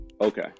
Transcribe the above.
okay